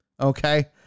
okay